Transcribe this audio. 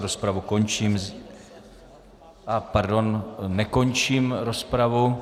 Rozpravu končím pardon, nekončím rozpravu.